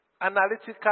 Analytical